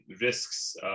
risks